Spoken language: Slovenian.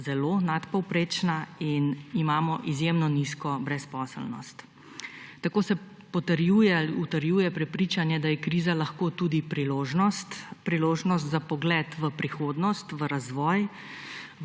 zelo nadpovprečna in imamo izjemno nizko brezposelnost. Tako se potrjuje ali utrjuje prepričanje, da je kriza lahko tudi priložnost, priložnost za pogled v prihodnost, v razvoj,